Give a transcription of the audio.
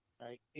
Right